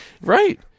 Right